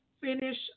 finish